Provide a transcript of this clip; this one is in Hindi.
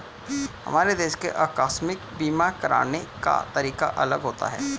हर देश के आकस्मिक बीमा कराने का तरीका अलग होता है